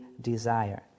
desire